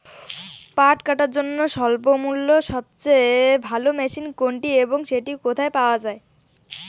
পাট কাটার জন্য স্বল্পমূল্যে সবচেয়ে ভালো মেশিন কোনটি এবং সেটি কোথায় পাওয়া য়ায়?